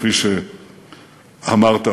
כפי שאמרת,